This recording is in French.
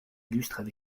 illustrent